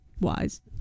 wise